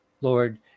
Lord